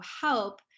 help